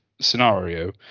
scenario